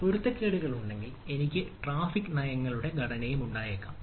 പൊരുത്തക്കേടുകൾ ഉണ്ടെങ്കിൽ എനിക്ക് നിരവധി നയങ്ങളും ഘടനയും ഉണ്ടായേക്കാം